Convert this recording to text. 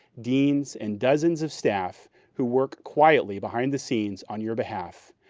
deans, and dozens of staff who work quietly behind the scenes on your behalf,